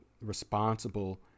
responsible